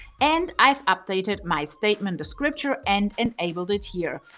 and i updated my statement descriptor and enabled it here.